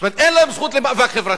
זאת אומרת, אין להם זכות למאבק חברתי.